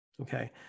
Okay